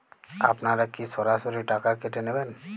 আপনারা কি সরাসরি টাকা কেটে নেবেন?